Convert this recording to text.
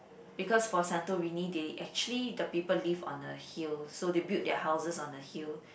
because for Santorini they actually the people live on a hill so they build their houses on a hill